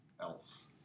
else